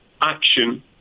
action